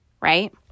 right